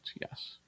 yes